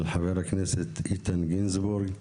של חבר הכנסת איתן גינזבורג,